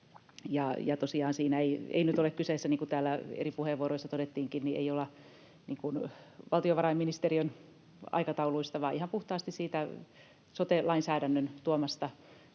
siinä ei nyt ole kyse, niin kuin täällä eri puheenvuoroissa todettiinkin, valtiovarainministeriön aikatauluista vaan ihan puhtaasti siitä sote-lainsäädännön tuomasta